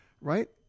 Right